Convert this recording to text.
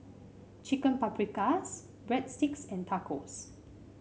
Chicken Paprikas Breadsticks and Tacos